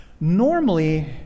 Normally